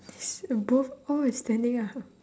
this uh both all is standing up